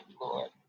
Lord